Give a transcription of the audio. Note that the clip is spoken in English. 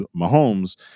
Mahomes